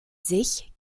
sich